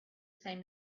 same